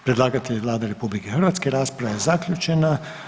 Predlagatelj je Vlada RH, rasprava je zaključena.